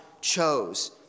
chose